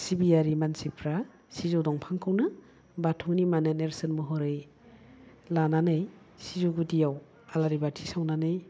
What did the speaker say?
सिबियारि मानसिफ्रा सिजौ दंफांखौनो बाथौनि माने नेर्सोन महरै लानानै सिजौ गुदियाव आलारि बाथि सावनानै